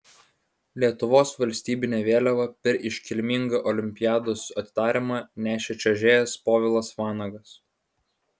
lietuvos valstybinę vėliavą per iškilmingą olimpiados atidarymą nešė čiuožėjas povilas vanagas